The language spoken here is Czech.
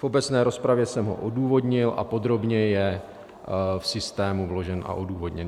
V obecné rozpravě jsem ho odůvodnil a podrobně je v systému vložen a odůvodněn.